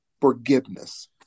forgiveness